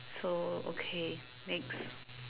so okay next